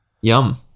yum